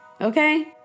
okay